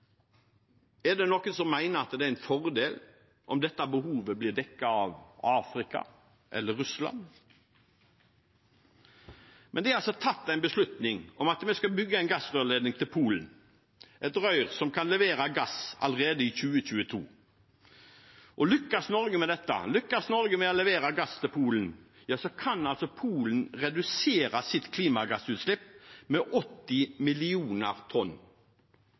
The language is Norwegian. Er det noen som mener at det er en fordel om dette behovet blir dekket av Afrika eller Russland? Det er altså tatt en beslutning om at vi skal bygge en gassrørledning til Polen, et rør som kan levere gass allerede i 2022. Lykkes Norge med dette, lykkes Norge med å levere gass til Polen, kan altså Polen redusere sitt klimagassutslipp med 80 millioner tonn.